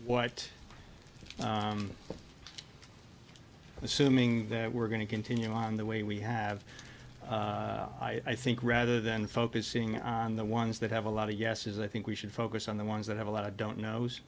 what assuming we're going to continue on the way we have i think rather than focusing on the ones that have a lot of yeses i think we should focus on the ones that have a lot of don't knows